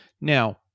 Now